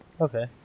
Okay